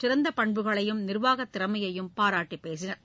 சிறந்த பண்புகளை நிர்வாகத் திறமையையும் பாராட்டி பேசினர்